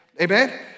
Amen